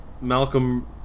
Malcolm